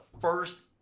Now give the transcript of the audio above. first